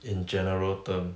in general term